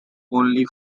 only